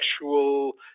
sexual